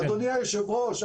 אדוני היושב-ראש,